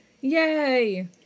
Yay